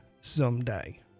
someday